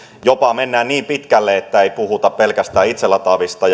jopa mennään niin pitkälle että ei puhuta pelkästään itselataavista